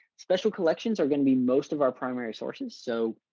special collections are going to be most of our primary sources. so,